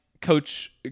Coach